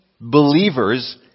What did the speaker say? believers